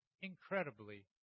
incredibly